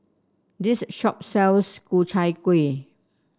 this shop sells Ku Chai Kueh